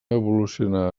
evolucionà